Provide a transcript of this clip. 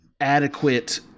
adequate